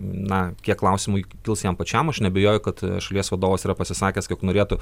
na kiek klausimų kils jam pačiam aš neabejoju kad šalies vadovas yra pasisakęs kad norėtų